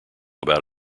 about